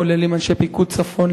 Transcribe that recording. גם עם אנשי פיקוד צפון,